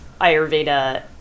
Ayurveda